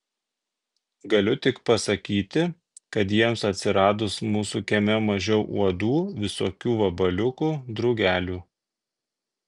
galiu tik pasakyti kad jiems atsiradus mūsų kieme mažiau uodų visokių vabaliukų drugelių